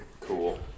Cool